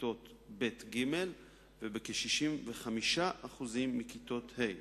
מכיתות ב' ג' ובכ-65% מכיתות ה'.